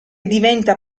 diventa